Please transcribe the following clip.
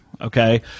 okay